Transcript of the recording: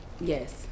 Yes